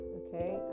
okay